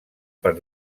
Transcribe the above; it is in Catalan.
per